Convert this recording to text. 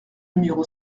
numéro